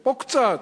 פה קצת.